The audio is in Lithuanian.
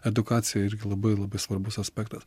edukacija irgi labai labai svarbus aspektas